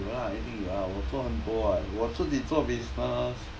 有啦一定有啦我做很多啊我自己做 business